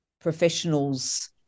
professionals